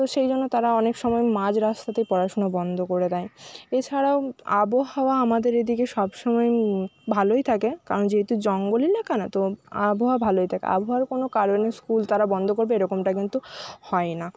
তো সেই জন্য তারা অনেক সময় মাঝ রাস্তাতেই পড়াশুনা বন্ধ করে দেয় এছাড়াও আবহাওয়া আমাদের এদিকে সবসময়ই ভালোই থাকে কারণ যেহেতু জঙ্গল এলাকা না তো আবহাওয়া ভালোই থাকে আবহাওয়ার কোনো কারণে স্কুল রা বন্ধ করবে এরকমটা কিন্তু হয় না